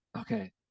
okay